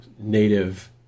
native